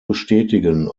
bestätigen